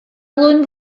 gwelwn